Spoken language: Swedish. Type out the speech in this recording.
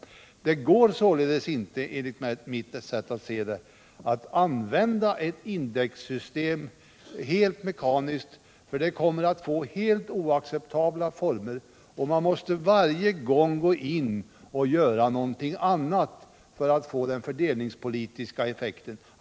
Det går således inte enligt mitt sätt att se det att helt mekaniskt använda ett indexsystem. Resultatet blir oacceptabelt, och man måste hela tiden vidta andra åtgärder för att få de fördelningspolitiska effekterna.